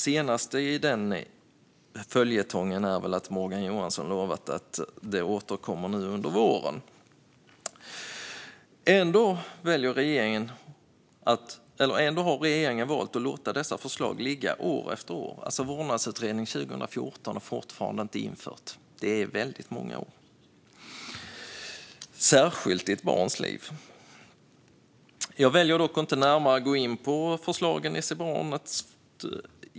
Senast i denna följetong är väl att Morgan Johansson har lovat att man ska återkomma till detta nu under våren. Regeringen har ändå valt att låta dessa förslag ligga år efter år. Vårdnadsutredningens förslag från 2014 har fortfarande inte införts. Det är väldigt många år, särskilt i ett barns liv. Jag väljer dock att inte närmare gå in på förslagen i utredningen Se barnet!